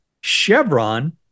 Chevron